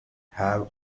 have